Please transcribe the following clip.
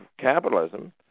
capitalism